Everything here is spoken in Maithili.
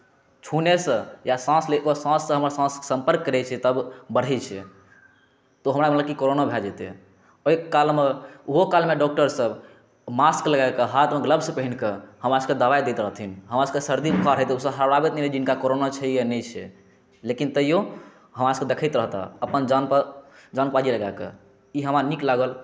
छुनेसँ या साँस लैकेँ बाद साँससँ हमर साँस सम्पर्क करै छै तब बढै छै तऽ हमरा मनकेँ कोरोना भऽ जेतै ओहिकालमे ओहो कालमे डॉक्टर सभ मास्क लगाकऽ हाथमे ग्लब्स पहिरकऽ हमरा सभकेँ दवाई देइत रहथिन हमरा सभकेँ सर्दी खाँसी होइत रहै तऽ ओ सभ आबैत नहि रहै जिनका कोरोना छै या नहि छै लेकिन तैयो हमरा सभकेँ देखैत रहता अपन जान पर लगाकऽ ई हमरा नीक लागल